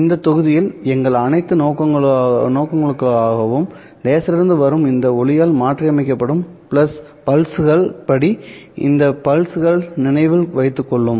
இந்த தொகுதியில் எங்கள் அனைத்து நோக்கங்களுக்காகவும்லேசரிலிருந்து வரும் இந்த ஒளியால் மாற்றியமைக்கப்படும் பிளஸ்கள் படி இந்த பல்ஸ்களை நினைவில் வைத்துக்கொள்ளும்